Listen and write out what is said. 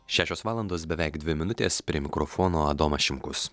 šešios valandos beveik dvi minutės prie mikrofono adomas šimkus